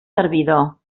servidor